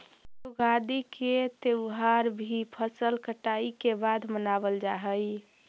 युगादि के त्यौहार भी फसल कटाई के बाद मनावल जा हइ